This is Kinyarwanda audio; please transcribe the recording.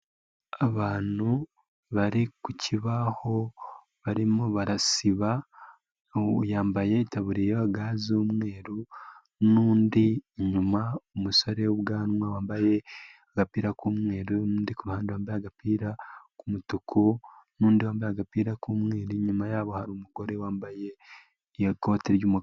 Abantu bari ku kibaho barimo barasiba yambaye itaburiya, ga z'umweru n'undi inyuma, umusore w'ubwanwa wambaye agapira k'umweru, undi ruhande wambaye agapira k'umutuku n'undi wambaye agapira k'umweru, inyuma ya hari umugore wambaye ikoti ry'umukara.